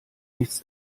nichts